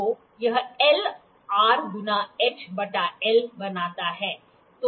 तो यह L R गुना एच बटा L बनाता है